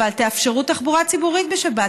אבל תאפשרו תחבורה ציבורית בשבת.